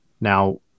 Now